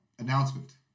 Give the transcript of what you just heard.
Announcement